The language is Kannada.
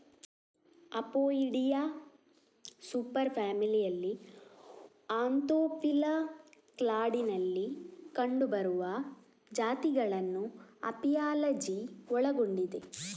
ಅಪೊಯಿಡಿಯಾ ಸೂಪರ್ ಫ್ಯಾಮಿಲಿಯಲ್ಲಿ ಆಂಥೋಫಿಲಾ ಕ್ಲಾಡಿನಲ್ಲಿ ಕಂಡುಬರುವ ಜಾತಿಗಳನ್ನು ಅಪಿಯಾಲಜಿ ಒಳಗೊಂಡಿದೆ